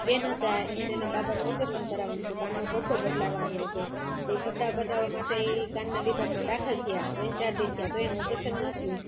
બેન હતા એને એના બાબાનું ઓપરેશન કરાવ્યું હતું કાનનો પડદો બદલાવાનો હતો તે પડદા બદલાવા માટે એ કાનના વિભાગમાં દાખલ થતા ત્રણ ચાર દિવસ થયા તો એનું ઓપરેશન ન થયું